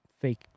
fake